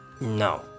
No